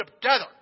together